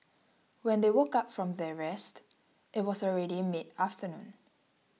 when they woke up from their rest it was already midafternoon